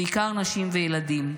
בעיקר נשים וילדים.